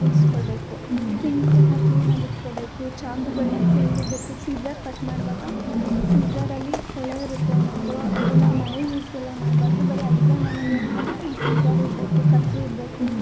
ಉಳ್ಸ್ಕೊಳ್ಬೇಕು ಸಿಂಕನ್ನು ಕ್ಲೀನಾಗಿ ಇಟ್ಕೊಳ್ಬೇಕು ಚಾಕುಗಳನ್ನ ತೋಳೆದಿಡ್ಬೇಕು ಸಿಸರ್ ಕಟ್ ಮಾಡುವಾಗ ಸಿಸರಲ್ಲಿ ಕೊಳೆ ಇರುತ್ತೆ ಒಂದೊಂದು ಅದನ್ನು ಮನೆ ಯೂಸ್ಗೆಲ್ಲ ಮಾಡಬಾರ್ದು ಬರೀ ಅಡುಗೆ ಮನೆಗೆ ಅಂತಲೇ ಒಂದು ಸಿಸರ್ ಇಡಬೇಕು ಕತ್ತರಿ ಇಡಬೇಕು